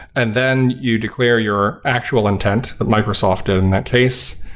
and then you declare your actual intent, microsoft in that case.